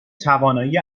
توانایی